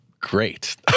great